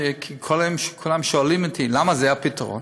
כולם שואלים אותי למה זה הפתרון.